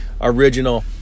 original